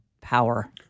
power